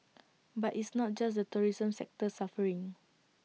but it's not just the tourism sector suffering